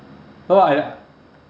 no I